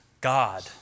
God